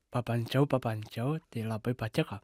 pabandžiau pabandžiau tai labai patiko